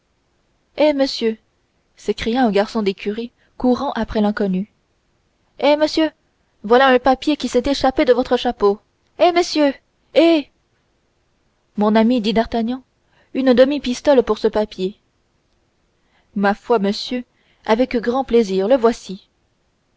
eh monsieur s'écria un garçon d'écurie courant après l'inconnu eh monsieur voilà un papier qui s'est échappé de votre chapeau eh monsieur eh mon ami dit d'artagnan une demi pistole pour ce papier ma foi monsieur avec grand plaisir le voici